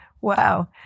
Wow